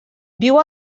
viu